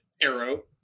Arrow